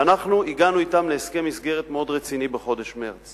ואנחנו הגענו אתם להסכם מסגרת מאוד רציני בחודש מרס